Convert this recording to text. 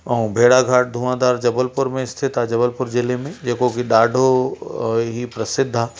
ऐं भेड़ाघाट धुआंधार जबलपुर में स्थित आहे जबलपुर ज़िले में जेको की ॾाढो ई प्रसिद्ध आहे